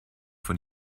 von